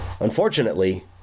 unfortunately